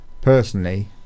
personally